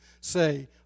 say